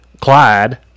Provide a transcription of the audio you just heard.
Clyde